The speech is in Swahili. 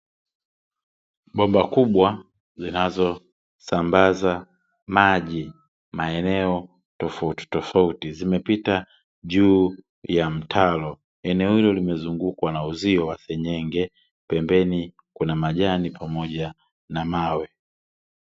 Bomba kubwa zinazosambaza maji maeneo tofauti tofauti zimepita juu ya mtaro, eneo hilo limezungukwa na uzio wa senyenge, pembeni kuna majani pamoja na mawe.